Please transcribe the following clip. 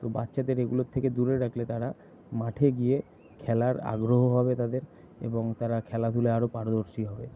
তো বাচ্চাদের এগুলোর থেকে দূরে রাখলে তারা মাঠে গিয়ে খেলার আগ্রহ হবে তাদের এবং তারা খেলাধুলায় আরও পারদর্শী হবে